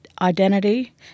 identity